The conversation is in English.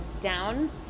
down